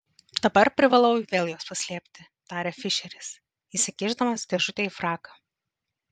dabar privalau vėl juos paslėpti tarė fišeris įsikišdamas dėžutę į fraką